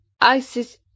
Isis